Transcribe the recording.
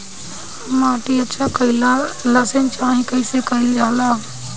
माटी अच्छा कइला ला सिंचाई कइसे कइल जाला?